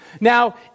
Now